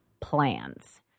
plans